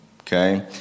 okay